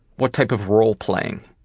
what type of role playing